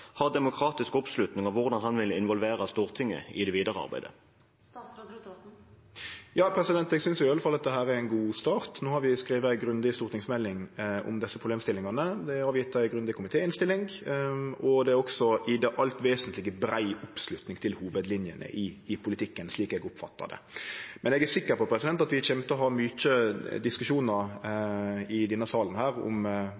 demokratisk oppslutning, og hvordan han vil involvere Stortinget i det videre arbeidet. Eg synest i alle fall at dette er ein god start. No har vi skrive ei grundig stortingsmelding om disse problemstillingane, det er gjeve ei grundig komitéinnstilling, og det er også i det alt vesentlege brei oppslutning om hovudlinjene i politikken, slik eg oppfattar det. Eg er sikker på at vi i åra framover kjem til å ha mange diskusjonar i denne salen om